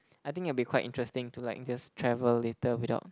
I think it'll be quite interesting to like just travel later without